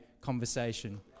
conversation